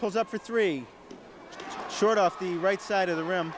pulls up for three short off the right side of the room